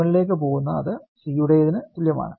C1 ലേക്ക് പോകുന്ന അത് C യുടേതിന് തുല്യമാണ്